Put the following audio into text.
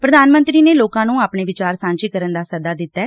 ਪ੍ਰਧਾਨ ਮੰਤਰੀ ਨੇ ਲੋਕਾਂ ਨੁੰ ਆਪਣੇ ਵਿਚਾਰ ਸਾਂਝੇ ਕਰਨ ਦਾ ਸੱਦਾ ਦਿੱਤੈ